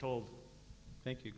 told thank you